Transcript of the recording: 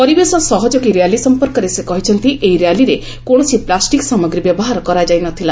ପରିବେଶ ସହଯୋଗୀ ର୍ୟାଲି ସମ୍ପର୍କରେ ସେ କହିଛନ୍ତି ଏହି ର୍ୟାଲିରେ କୌଣସି ପ୍ଲାଷ୍ଟିକ୍ ସାମଗ୍ରୀ ବ୍ୟବହାର କରାଯାଇ ନ ଥିଲା